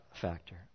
factor